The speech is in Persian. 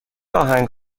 آهنگ